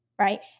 Right